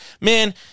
Man